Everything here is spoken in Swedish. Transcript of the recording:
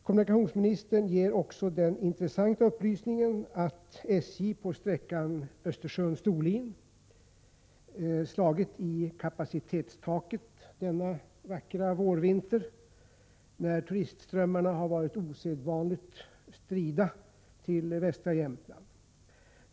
Kommunikationsministern ger den intressanta upplysningen att SJ på sträckan Östersund-Storlien slagit i kapacitetstaket denna vackra vårvinter, när turistströmmarna till västra Jämtland har varit osedvanligt strida.